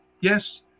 yes